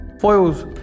Foils